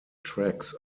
tracks